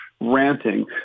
ranting